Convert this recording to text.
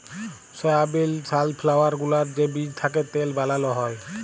সয়াবিল, sunflower গুলার যে বীজ থ্যাকে তেল বালাল হ্যয়